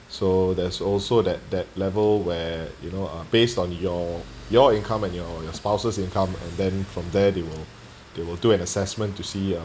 so there's also that that level where you know uh based on your your income and your your spouse's income and then from there they will they will do an assessment to see uh